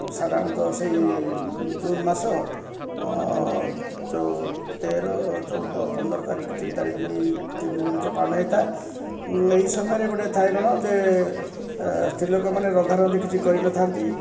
ସାଧାରଣତଃ ସେଇ ଜୁନ୍ ମାସ ଚଉ ତେର ଚଉଦ ପନ୍ଦର ତାରିଖ ତିନି ତାରିଖ ଦୁଇ ତିନି ଦିନ ଭିତରେ ପାଳନ ହେଇଥାଏ ଏହି ସମୟରେ ଗୋଟେ ଥାଏ କ'ଣ ଯେ ସ୍ତ୍ରୀ ଲୋକମାନେ ରନ୍ଧାରନ୍ଧି କିଛି କରିନଥାନ୍ତି